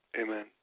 amen